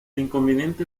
inconveniente